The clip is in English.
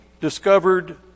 discovered